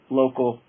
local